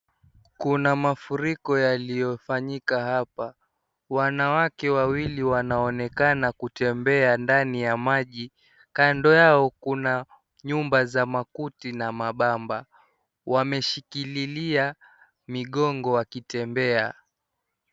Kuna mafuriko yaliyofanyika hapa. Wanawake wawili wanaonekana kutembea ndani ya maji. Kando yao kuna nyumba za makuti na mabamba, wameshikililia migongo wakitembea.